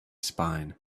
spine